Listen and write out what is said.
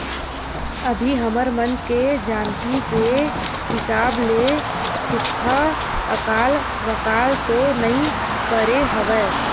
अभी हमर मन के जानती के हिसाब ले सुक्खा अकाल वकाल तो नइ परे हवय